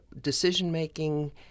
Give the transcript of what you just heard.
decision-making